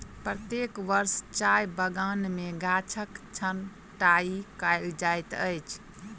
प्रत्येक वर्ष चाय बगान में गाछक छंटाई कयल जाइत अछि